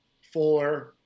Fuller